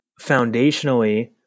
foundationally